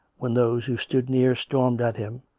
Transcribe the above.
when those who stood near stormed at him,